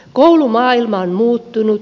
koulumaailma on muuttunut